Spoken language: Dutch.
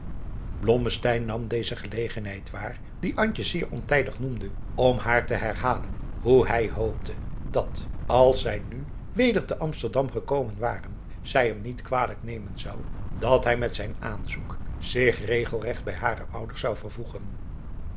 nam deze gelegenheid waar die antje zeer ontijdig noemde om haar te herhalen hoe hij hoopte dat als zij nu weder te amsterdam gekomen waren zij hem niet kwalijk nemen zou dat hij met zijn aanzoek zich regelregt bij hare ouders zou vervoegen